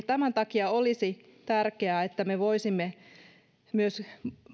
tämän takia olisi tärkeää että me voisimme myös